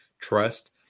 trust